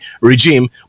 regime